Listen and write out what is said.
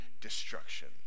destruction